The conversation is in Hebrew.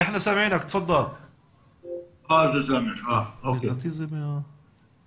אני רציתי לשאול למה עד עכשיו לא התחיל חוג לכל